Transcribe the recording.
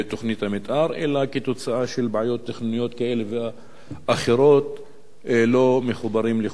אלא בגלל בעיות טכניות כאלה ואחרות הם לא מחוברים לחשמל.